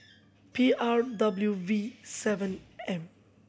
P R W V seven M